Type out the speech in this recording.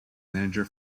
manager